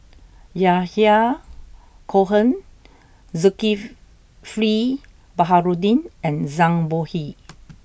Yahya Cohen Zulkifli Baharudin and Zhang Bohe